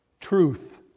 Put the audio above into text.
truth